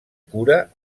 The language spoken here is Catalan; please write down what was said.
cura